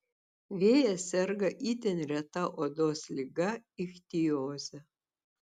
vėjas serga itin reta odos liga ichtioze